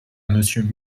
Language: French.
monsieur